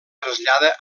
trasllada